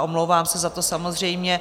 Omlouvám se za to, samozřejmě.